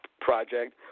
project